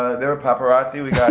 there were paparazzi, we got,